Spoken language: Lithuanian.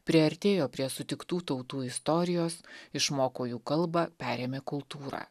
priartėjo prie sutiktų tautų istorijos išmoko jų kalbą perėmė kultūrą